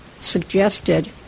suggested